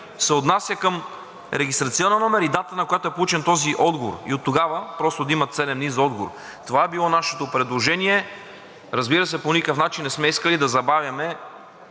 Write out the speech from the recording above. се отнася към регистрационен номер и дата, на която е получен този отговор, и оттогава просто да имат седем дни за отговор. Това е било нашето предложение. Разбира се, по никакъв начин не сме искали да забавяме